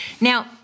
Now